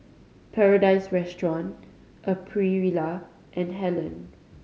Paradise Restaurant Aprilia and Helen